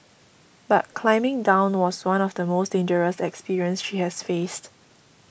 but climbing down was one of the most dangerous experience she has faced